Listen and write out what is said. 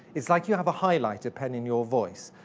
it's like you have a highlighter pen in your voice.